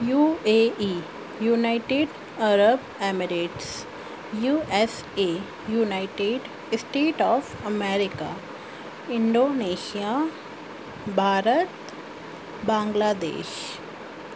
U A E United Arab Emirates U S A United states of America Indonesia Bharat Bangladesh